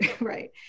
right